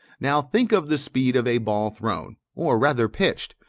now, think of the speed of a ball thrown, or rather pitched,